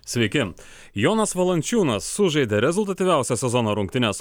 sveiki jonas valančiūnas sužaidė rezultatyviausias sezono rungtynes